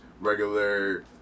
regular